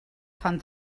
fan